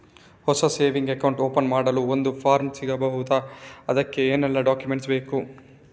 ಹೊಸ saving account open ಮಾಡಲು ಒಂದು ಫಾರ್ಮ್ ಸಿಗಬಹುದು? ಅದಕ್ಕೆ ಏನೆಲ್ಲಾ ಡಾಕ್ಯುಮೆಂಟ್ಸ್ ಬೇಕು?